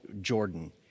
Jordan